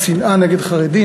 "שנאה נגד חרדים".